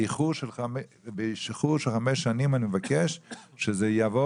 באיחור של חמש שנים אני מבקש שזה יבוא